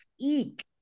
Eek